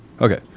Okay